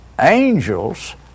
angels